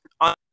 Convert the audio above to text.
on